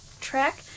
track